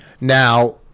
Now